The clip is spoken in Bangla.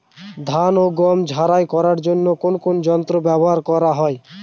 ধান ও গম ঝারাই করার জন্য কোন কোন যন্ত্র ব্যাবহার করা হয়?